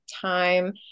time